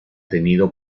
tenido